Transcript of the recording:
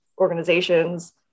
organizations